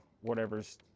whatever's